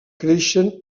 creixen